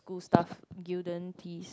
cool stuff Gildan tees